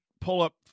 pull-up